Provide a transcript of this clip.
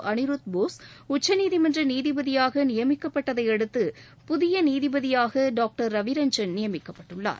அனிருத் போஸ் உச்சநீதிமன்ற நீதிபதியாக நியமிக்கப்பட்டதையடுத்து புதிய நீதிபதியாக டாக்டர் ரவிரஞ்சன் நியமிக்கப்பட்டுள்ளார்